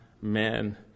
men